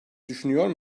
düşünüyor